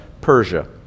Persia